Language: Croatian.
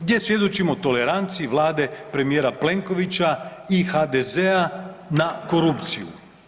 gdje svjedočimo toleranciji vlade premijera Plenkovića i HDZ-a na korupciju.